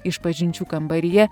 išpažinčių kambaryje